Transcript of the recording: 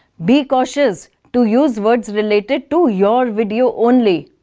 be cautious to use words related to your video only.